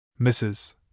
Mrs